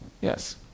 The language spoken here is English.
Yes